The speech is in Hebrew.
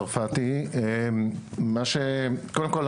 קודם כל,